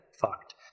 fucked